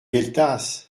gueltas